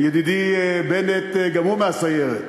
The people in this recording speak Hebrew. ידידי בנט, גם הוא מהסיירת.